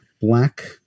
Black